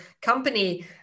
company